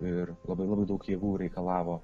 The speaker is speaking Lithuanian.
ir labai labai daug jėgų reikalavo